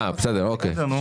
בסדר, אוקיי.